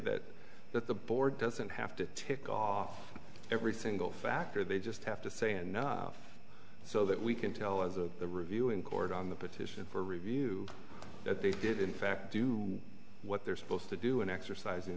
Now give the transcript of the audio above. that that the board doesn't have to tick off everything go factor they just have to say and so that we can tell as a reviewing court on the petition for review that they did in fact do what they're supposed to do in exercising